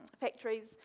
factories